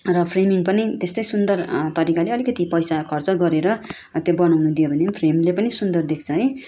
र फ्रेमिङ पनि त्यस्तै सुन्दर तरिकाले अलिकति पैसा खर्च गरेर त्यो बनाउनु दियो भने फ्रेमले पनि सुन्दर देख्छ है